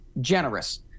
Generous